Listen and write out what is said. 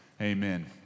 amen